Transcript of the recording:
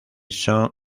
son